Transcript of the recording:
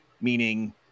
meaning